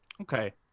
okay